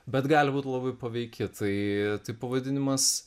bet gali būti labai paveiki tai tai pavadinimas